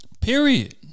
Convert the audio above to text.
Period